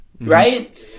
Right